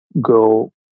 go